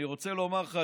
אני רוצה לומר לך,